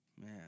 Man